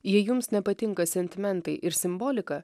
jei jums nepatinka sentimentai ir simbolika